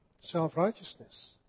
self-righteousness